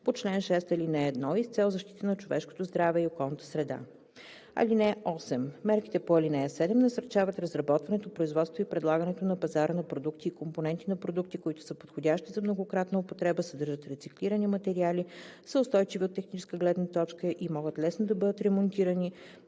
по чл. 6, ал. 1 и с цел защита на човешкото здраве и околната среда. (8) Мерките по ал. 7 насърчават разработването, производството и предлагането на пазара на продукти и компоненти на продукти, които са подходящи за многократна употреба, съдържат рециклирани материали, са устойчиви от техническа гледна точка и могат лесно да бъдат ремонтирани